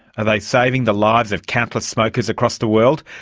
are they saving the lives of countless smokers across the world?